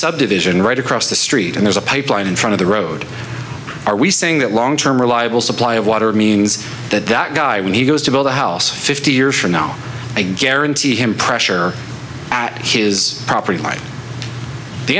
subdivision right across the street and there's a pipeline in front of the road are we saying that long term reliable supply of water means that that guy when he goes to build a house fifty years from now i guarantee him pressure at his property right the